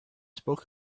spoke